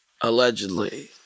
Allegedly